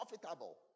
profitable